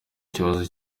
ikibazo